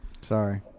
Sorry